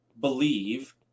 believe